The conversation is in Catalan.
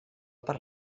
per